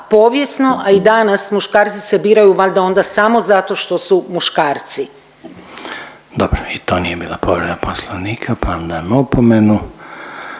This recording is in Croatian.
povijesno, a i danas muškarci se biraju valjda onda samo zato što su muškarci. **Reiner, Željko (HDZ)** Dobro i to nije bila povreda Poslovnika pa vam dajem opomenu.